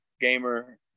gamer